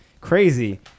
Crazy